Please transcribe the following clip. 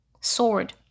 sword